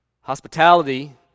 Hospitality